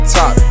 top